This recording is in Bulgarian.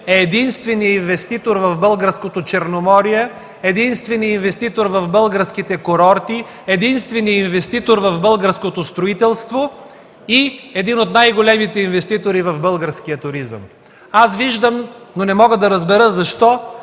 е единственият инвеститор в българското Черноморие, единственият инвеститор в българските курорти, единственият инвеститор в българското строителство и един от най-големите инвеститори в българския туризъм. Аз виждам, но не мога да разбера защо